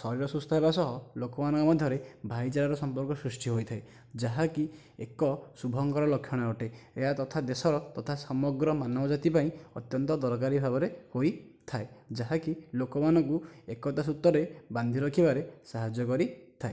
ଶରୀର ସୁସ୍ଥ ହେବା ସହ ଲୋକମାନଙ୍କ ମଧ୍ୟରେ ଭାଇଚାରାର ସମ୍ପର୍କ ସୃଷ୍ଟି ହୋଇଥାଏ ଯାହାକି ଏକ ଶୁଭଙ୍କର ଲକ୍ଷଣ ଅଟେ ଏହା ତଥା ଦେଶର ତଥା ସମଗ୍ର ମାନବ ଜାତି ପାଇଁ ଅତ୍ୟନ୍ତ ଦରକାରୀ ଭାବରେ ହୋଇଥାଏ ଯାହାକି ଲୋକମାନଙ୍କୁ ଏକତା ସୂତ୍ରରେ ବାନ୍ଧି ରଖିବାରେ ସାହାଯ୍ୟ କରିଥାଏ